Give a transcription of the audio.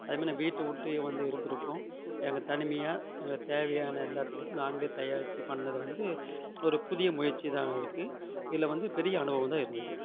அதே மாரி நான் வீட்டை ஒட்டி வந்து இருந்துருக்கோம் எங்கள் தனிமையாக எங்களை தேவையான எல்லாத்தையும் நாங்களே தயாரித்து பண்ணதை வந்து ஒரு புதிய முயற்சி தான் அதுக்கு இதில் வந்து பெரிய அனுபவந்தான் இருந்தது